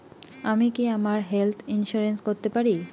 আমি কি আমার হেলথ ইন্সুরেন্স করতে পারি?